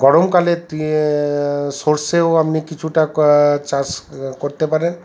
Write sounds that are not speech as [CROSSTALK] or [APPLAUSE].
গরমকালে [UNINTELLIGIBLE] সর্ষেও আপনি কিছুটা [UNINTELLIGIBLE] চাষ করতে পারেন